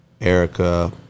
Erica